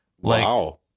wow